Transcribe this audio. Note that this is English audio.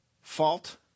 fault